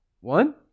One